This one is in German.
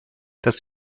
das